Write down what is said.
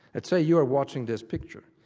let's say you are watching this picture,